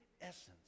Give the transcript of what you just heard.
essence